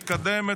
מתקדמת,